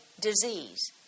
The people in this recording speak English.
disease